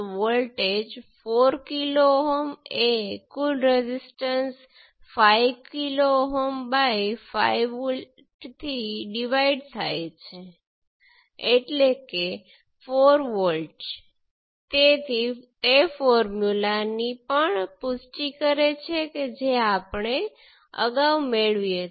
તેથી ફરીથી મને બે કેસોની જરૂર છે જેમાં એક પોર્ટ 2 ઓપન સર્કિટ છે એક પોર્ટ 1 પર કરંટ લાગુ પડે છે અને બીજો કેસ જ્યાં પોર્ટ 1 ઓપન સર્કિટ થાય છે અને પોર્ટ 2 પર કરંટ લાગુ પડે છે